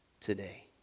today